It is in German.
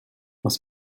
aus